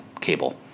cable